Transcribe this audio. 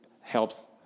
helps